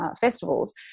festivals